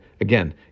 Again